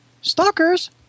stalkers